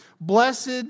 Blessed